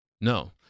No